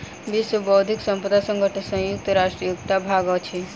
विश्व बौद्धिक संपदा संगठन संयुक्त राष्ट्रक एकटा भाग अछि